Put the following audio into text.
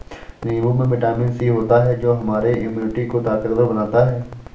नींबू में vitamin C होता है जो हमारे इम्यूनिटी को ताकतवर बनाता है